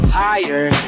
tired